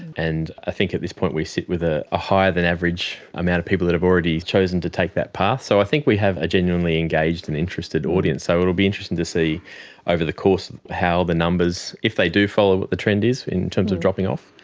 and i think at this point we sit with ah a higher than average um number of people that have already chosen to take that path. so i think we have a genuinely engaged and interested audience. so it will be interesting to see over the course how the numbers, if they do follow what the trend is in terms of dropping off.